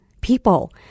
people